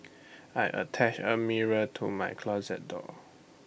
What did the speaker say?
I attached A mirror to my closet door